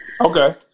Okay